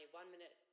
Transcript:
one-minute